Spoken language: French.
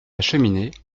cheminée